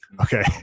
Okay